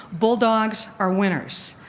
bulldogs are winners.